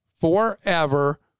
forever